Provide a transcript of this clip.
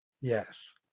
Yes